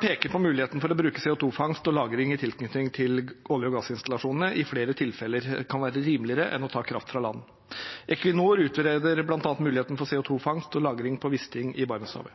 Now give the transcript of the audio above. peker på muligheten for at å bruke CO 2 -fangst og -lagring i tilknytning til olje- og gassinstallasjonene i flere tilfeller kan være rimeligere enn å ta kraft fra land. Equinor utreder bl.a. muligheten for CO 2 -fangst og -lagring på visse ting i Barentshavet.